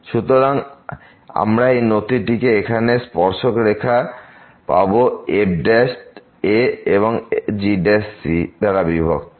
সুতরাং আমরা এই নতিটি এখানে এই স্পর্শক রেখা পাব f এ c gcদ্বারা বিভক্ত